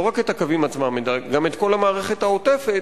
לא רק את הקווים עצמם אלא גם את כל המערכת העוטפת,